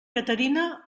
caterina